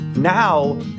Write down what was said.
Now